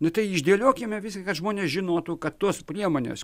nu tai išdėliokime viską kad žmonės žinotų kad tos priemonės